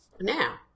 Now